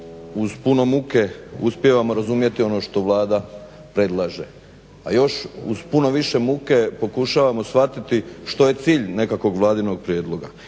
uz puno muke uspijevamo razumjeti ono što Vlada predlaže, a još uz puno više muka pokušavamo shvatiti što je cilj nekakvog vladinog prijedloga